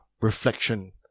reflection